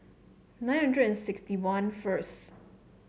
nine hundred and sixty one first